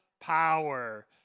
power